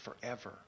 forever